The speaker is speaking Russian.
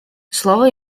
слово